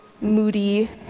moody